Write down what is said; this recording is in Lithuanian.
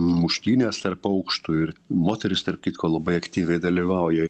muštynės tarp aukštų ir moterys tarp kitko labai aktyviai dalyvauja